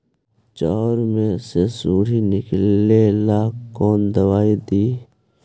चाउर में से सुंडी निकले ला कौन दवाई दी?